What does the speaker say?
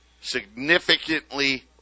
Significantly